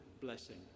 blessing